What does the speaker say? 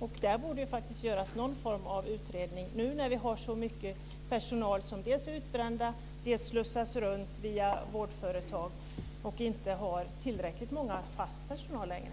Om detta borde det faktiskt göras någon form av utredning, nu när det dels är så mycket personal som är utbränd, dels personal som slussas runt via vårdföretag och man inte har tillräckligt mycket fast anställd personal längre.